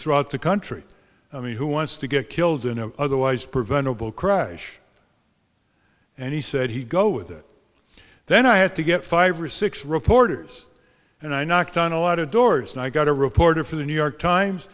throughout the country i mean who wants to get killed in a otherwise preventable crash and he said he go with it then i had to get five or six reporters and i knocked on a lot of doors and i got a reporter for the new york times